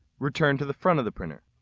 return to the front of the printer.